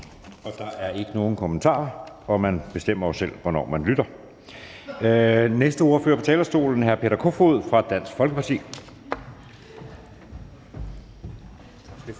Der er ikke nogen kommentarer, og man bestemmer jo selv, hvornår man lytter. Næste ordfører på talerstolen er hr. Peter Kofod fra Dansk Folkeparti.